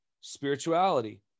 spirituality